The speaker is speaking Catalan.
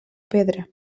pedra